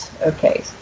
Okay